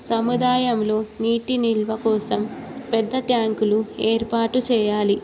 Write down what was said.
సముదాయంలో నీటి నిల్వ కోసం పెద్ద ట్యాంకులు ఏర్పాటు చేయాలి